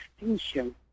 extinction